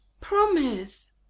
Promise